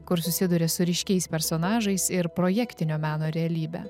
kur susiduria su ryškiais personažais ir projektinio meno realybe